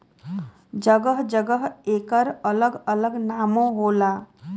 जगह जगह एकर अलग अलग नामो होला